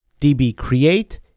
dbcreate